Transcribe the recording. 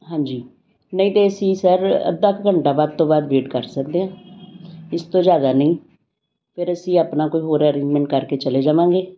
ਹਾਂਜੀ ਨਹੀਂ ਤਾਂ ਅਸੀਂ ਸਰ ਅੱਧਾ ਕੁ ਘੰਟਾ ਵੱਧ ਤੋਂ ਵੱਧ ਵੇਟ ਕਰ ਸਕਦੇ ਹਾਂ ਇਸ ਤੋਂ ਜ਼ਿਆਦਾ ਨਹੀਂ ਫਿਰ ਅਸੀਂ ਆਪਣਾ ਕੋਈ ਹੋਰ ਅਰੇਂਜਮੈਂਟ ਕਰਕੇ ਚਲੇ ਜਾਵਾਂਗੇ